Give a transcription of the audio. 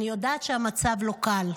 "אני יודעת שהמצב לא קל,